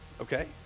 okay